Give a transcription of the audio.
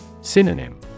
Synonym